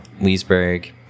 Leesburg